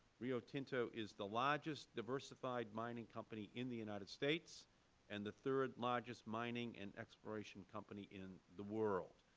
rio tinto is the largest diversified mining company in the united states and the third largest mining and exploration company in the world.